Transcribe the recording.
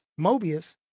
Mobius